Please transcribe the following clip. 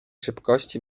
szybkości